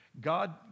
God